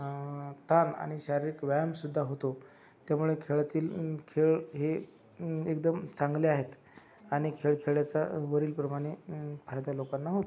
ताण आणि शारीरिक व्यायामसुद्धा होतो त्यामुळे खेळतील खेळ हे एकदम चांगले आहेत आणि खेळ खेळल्याचा वरीलप्रमाणे फायदा लोकांना होतो